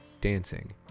dancing